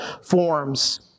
forms